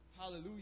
Hallelujah